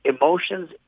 emotions